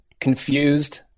confused